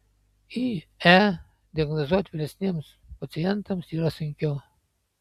ie diagnozuoti vyresniems pacientams yra sunkiau